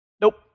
Nope